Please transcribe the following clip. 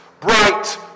bright